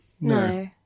No